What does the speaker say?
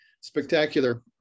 spectacular